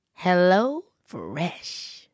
HelloFresh